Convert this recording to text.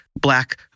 black